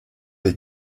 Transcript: des